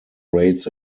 rates